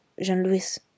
Jean-Louis